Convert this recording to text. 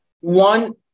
One